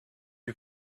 you